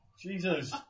Jesus